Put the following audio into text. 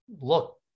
look